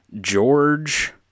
George